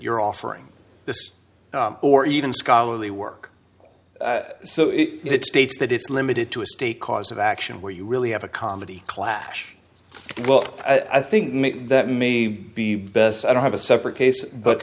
you're offering this or even scholarly work so if it states that it's limited to a state cause of action where you really have a comedy clash well i think make that may be best i don't have a separate case b